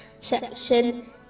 section